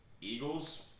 Eagles